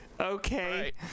Okay